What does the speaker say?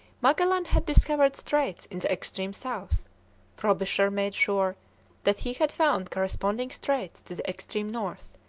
magellan had discovered straits in the extreme south frobisher made sure that he had found corresponding straits to the extreme north,